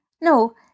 no